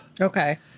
Okay